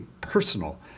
personal